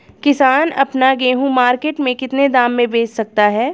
किसान अपना गेहूँ मार्केट में कितने दाम में बेच सकता है?